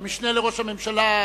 המשנה לראש הממשלה,